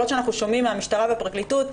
שאנחנו שומעים מהמשטרה ומהפרקליטות,